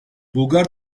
bulgar